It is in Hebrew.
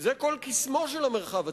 זה כל קסמו של המרחב הציבורי.